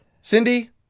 Cindy